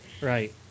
Right